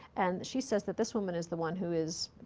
and she says that this woman is the one who is,